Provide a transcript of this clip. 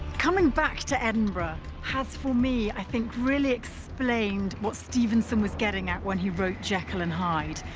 coming back to edinburgh has for me, i think, really explained what stevenson was getting at when he wrote jekyll and hyde.